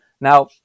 Now